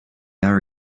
are